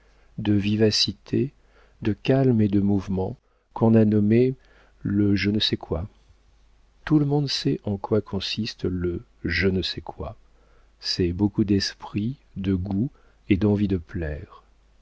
de vivacité de calme et de mouvement qu'on a nommé le je ne sais quoi tout le monde sait en quoi consiste le je ne sais quoi c'est beaucoup d'esprit de goût et d'envie de plaire